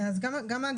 אז גם ההגדרה,